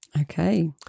okay